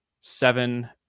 seven